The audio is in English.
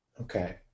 Okay